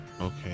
Okay